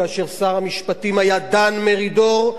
כאשר שר המשפטים היה דן מרידור,